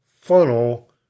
funnel